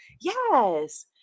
Yes